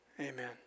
Amen